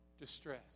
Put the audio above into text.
distress